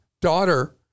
daughter